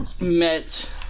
met